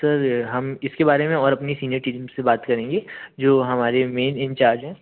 sir हम इसके बारे में और अपनी सीनियर टीम से बात करेंगे जो हमारे मेन इंचार्ज हैं